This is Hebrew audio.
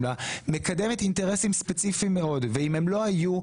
לה כך מקדמת אינטרסים ספציפיים מאוד ואם הם לא היו,